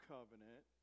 Covenant